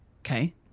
Okay